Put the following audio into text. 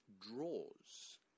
draws